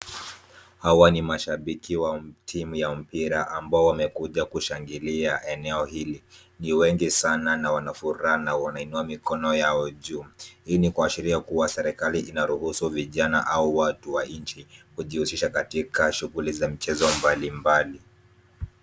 Hawa ni mashabiki wa timu ya mpira ambao wamekuja kushangilia eneo hili. Ni wengi sana na wana furaha na wanainua mikono yao juu. Hii ni kuashiria kuwa serikali inaruhusu vijana au watu wa nchi kujihusisha katika shughuli za michezo mbalimbali.